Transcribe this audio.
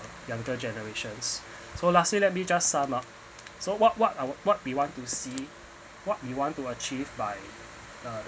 younger generations so lastly let me just sum up so what what our what we wanted to see what you want to achieve by